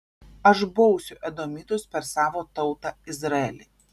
aš bausiu edomitus per savo tautą izraelį